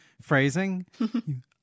phrasing